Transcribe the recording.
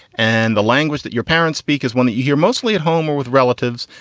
and the language that your parents speak is one that you hear mostly at home or with relatives.